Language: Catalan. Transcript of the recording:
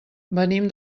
venim